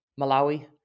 Malawi